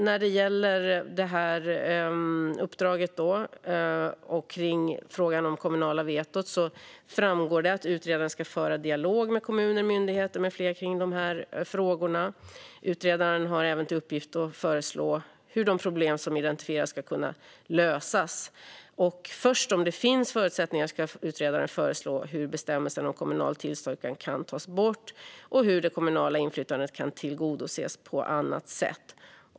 När det gäller det här uppdraget och frågan om det kommunala vetot framgår det att utredaren ska föra dialog med kommuner, myndigheter med flera kring dessa frågor. Utredaren har även i uppgift att föreslå hur de problem som identifieras ska kunna lösas. Först om det finns förutsättningar ska utredaren föreslå hur bestämmelsen om kommunalt tillstånd kan tas bort och hur det kommunala inflytandet kan tillgodoses på annat sätt.